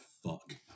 Fuck